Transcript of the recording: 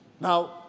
Now